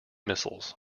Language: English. missiles